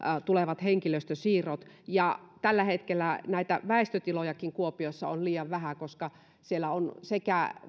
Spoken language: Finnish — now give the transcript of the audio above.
tulevat henkilöstösiirrot tällä hetkellä väistötilojakin kuopiossa on liian vähän koska siellä on sekä